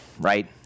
right